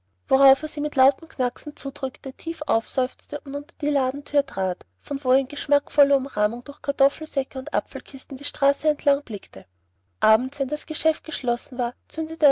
worauf er sie mit lautem knacksen zudrückte tief aufseufzte und unter die ladenthür trat von wo er in geschmackvoller umrahmung durch kartoffelsäcke und aepfelkisten die straße entlang blickte abends wenn das geschäft geschlossen war